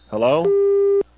Hello